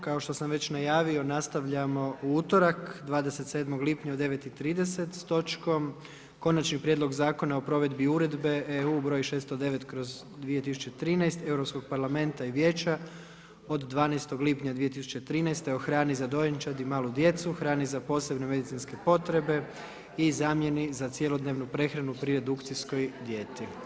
Kao što sam već najavio nastavljamo u utorak 27. lipnja u 9,30 s točkom Konačni prijedlog Zakona o provedbi Uredbe EU br. 609/2013 Europskog parlamenta i Vijeća od 12. lipnja 2013. o hrani za dojenčad i malu djecu, hrani za posebne medicinske potrebe i zamjeni za cjelodnevnu prehranu pri redukcijskoj dijeti.